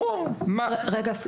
מה עליי לעשות?